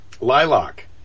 lilac